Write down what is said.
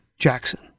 Jackson